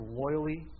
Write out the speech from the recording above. loyally